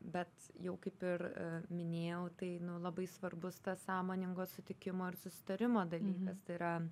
bet jau kaip ir minėjau tai labai svarbus tas sąmoningo sutikimo ir susitarimo dalykas tai yra